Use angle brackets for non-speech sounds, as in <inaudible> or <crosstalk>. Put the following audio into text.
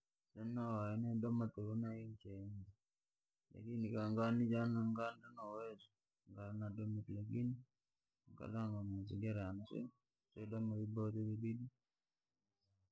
Nini nawaya doma. <unintelligible> Lakini kanga nija na uwezo, nganadomire lakini nkalanga mazingira yanje yodoma. <unintelligible>